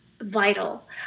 vital